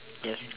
yes